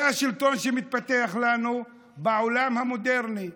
זה השלטון שמתפתח לנו בעולם המודרני,